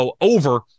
over